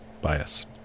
bias